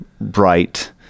bright